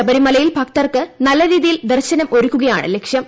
ശബരിമലയിൽ ഭക്തർക്ക് നല്ലരീതിയിൽ ദർശനം ഒരുക്കുകയാണ് ലക്ഷ്യം